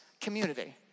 community